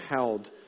held